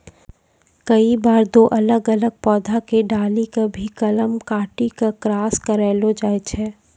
कई बार दो अलग अलग पौधा के डाली कॅ भी कलम काटी क क्रास करैलो जाय छै